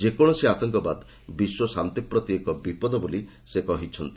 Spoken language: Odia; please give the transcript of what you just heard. ଯେକୌଣସି ଆତଙ୍କବାଦ ବିଶ୍ୱ ଶାନ୍ତିପ୍ରତି ଏକ ବିପଦ ବୋଲି ସେ କହିଛନ୍ତି